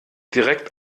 direkt